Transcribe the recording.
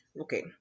okay